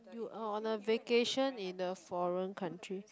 you're on a vacation in the foreign country